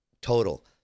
total